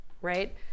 right